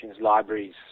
libraries